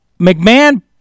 McMahon